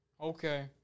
Okay